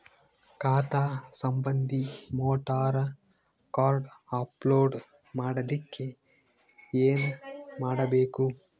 ಖಾತಾ ಸಂಬಂಧಿ voter card upload ಮಾಡಲಿಕ್ಕೆ ಏನ ಮಾಡಬೇಕು?